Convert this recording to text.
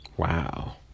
Wow